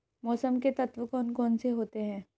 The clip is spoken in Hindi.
मौसम के तत्व कौन कौन से होते हैं?